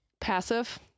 passive